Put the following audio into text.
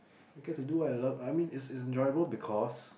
I get to do what I love I mean it's enjoyable because